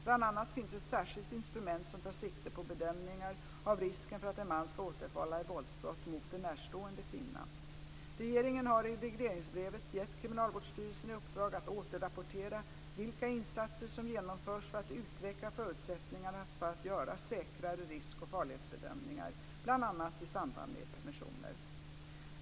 Bl.a. finns ett särskilt instrument som tar sikte på bedömningar av risken för att en man ska återfalla i våldsbrott mot en närstående kvinna. Regeringen har i regleringsbrevet gett Kriminalvårdsstyrelsen i uppdrag att återrapportera vilka insatser som genomförs för att utveckla förutsättningarna för att göra säkrare risk och farlighetsbedömningar, bl.a. i samband med permissioner.